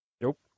Nope